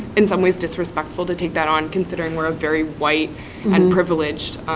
in some ways, disrespectful to take that on considering we're a very white and privileged